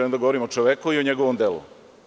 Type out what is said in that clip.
Želim da govorim o čoveku i o njegovom delu.